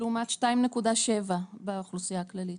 לעומת 2.7 באוכלוסייה הכללית.